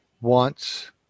wants